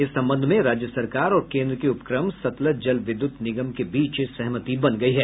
इस संबंध में राज्य सरकार और केन्द्र के उपक्रम सतलज जल विद्युत निगम के बीच सहमति बन गयी है